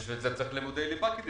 בשביל זה צריך לימודי ליבה.